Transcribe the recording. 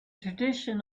tradition